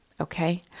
Okay